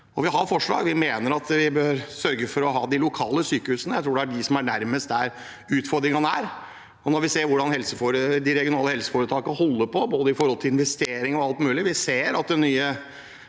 Vi har forslag. Vi mener at vi bør sørge for å ha de lokale sykehusene. Jeg tror det er dem som er nærmest der utfordringene er, når vi ser hvordan de regionale helseforetakene holder på, både når det gjelder investering og alt mulig. Uten at det har